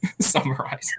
summarize